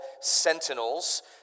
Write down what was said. sentinels